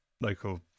local